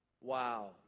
Wow